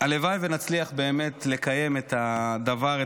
הלוואי שנצליח באמת לקיים את הדבר,